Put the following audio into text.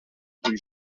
rue